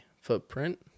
footprint